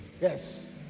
Yes